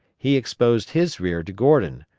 he exposed his rear to gordon,